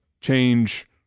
change